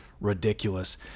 ridiculous